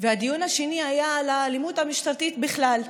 והדיון השני היה על האלימות המשטרתית בכלל.